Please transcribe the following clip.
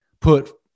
put